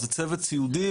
זה צוות סיעודי,